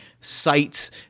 sites